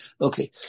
Okay